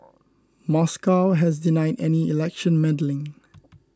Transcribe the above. Moscow has denied any election meddling